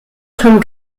vom